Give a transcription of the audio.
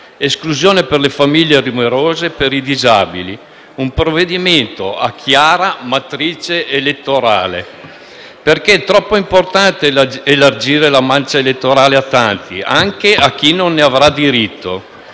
Esclusione per le famiglie numerose e per i disabili. Un provvedimento a chiara matrice elettorale, perché è troppo importante elargire la mancia elettorale a tanti, anche a chi non ne avrà diritto,